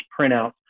printouts